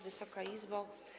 Wysoka Izbo!